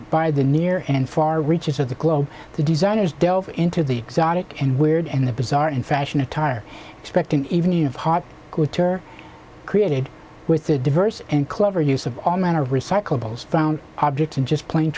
by the near and far reaches of the globe the designers delve into the exotic and weird and the bizarre in fashion attire expect an evening of hot couture created with a diverse and clever use of all manner of recyclables found objects and just plain